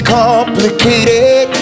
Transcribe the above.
complicated